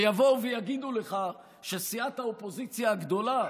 ויבואו ויגידו לך שסיעת האופוזיציה הגדולה,